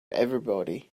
everybody